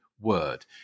word